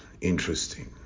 interesting